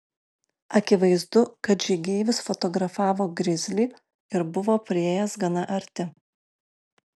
akivaizdu kad žygeivis fotografavo grizlį ir buvo priėjęs gana arti